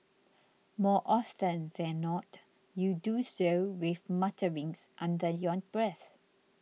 more often than not you do so with mutterings under your breath